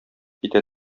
китә